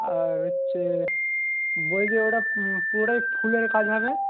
আর হচ্ছে বলছি ওটা পুরোটাই ফুলের কাজ হবে